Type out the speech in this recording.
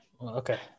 okay